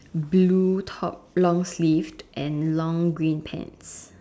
blue top long sleeved and long green pants